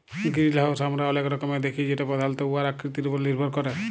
greenhouse আমরা অলেক রকমের দ্যাখি যেট পধালত উয়ার আকৃতির উপর লির্ভর ক্যরে